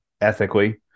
Ethically